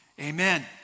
Amen